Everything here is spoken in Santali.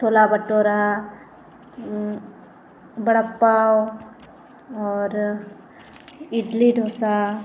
ᱪᱷᱳᱞᱟ ᱵᱟᱴᱳᱨᱟ ᱵᱚᱲᱟᱯᱟᱣ ᱚᱨ ᱤᱰᱞᱤ ᱰᱳᱥᱟ